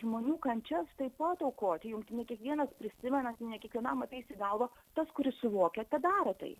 žmonių kančias taip pat aukoti jums ne kiekvienas prisimena ne kiekvienam ateisi galvą tas kuris suvokia ką daro tai